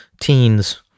teens